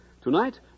Tonight